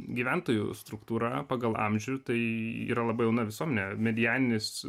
gyventojų struktūra pagal amžių tai yra labai jauna visuomenė medianinis